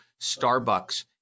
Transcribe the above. Starbucks